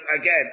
again